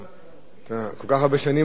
ההצעה להעביר את